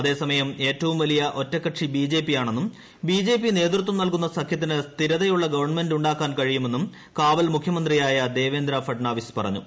അതേസമയം ഏറ്റവും പ്പലിയ ഒറ്റക്കക്ഷി ബിജെപിയാണെന്നും ബിജെപി നേതൃത്വം നൽകുന്ന സഖ്യത്തിന് സ്ഥിരതയുള്ള ഗവൺമെന്റ് ഉണ്ടാക്കാൻ ്കഴിയുമെന്നും കാവൽമുഖ്യമന്ത്രിയായ ദേവേന്ദ്രീ ഫട്ട്നാവിസ് പറഞ്ഞു